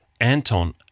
Anton